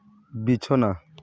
ᱵᱤᱪᱷᱱᱟᱹ